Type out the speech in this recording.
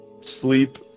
sleep